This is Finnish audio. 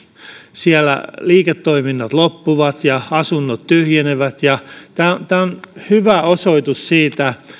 siellä liiketoiminnat loppuvat ja asunnot tyhjenevät ja tämä tämä on hyvä osoitus siitä